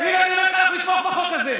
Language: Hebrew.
הינה, אני הולך היום לתמוך בחוק הזה,